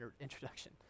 introduction